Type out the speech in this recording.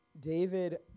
David